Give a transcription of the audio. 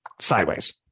sideways